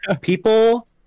People